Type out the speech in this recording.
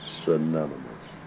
synonymous